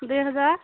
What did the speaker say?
ଦୁଇହଜାର